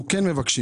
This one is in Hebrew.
מי נמנע?